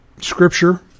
scripture